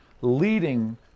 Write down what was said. leading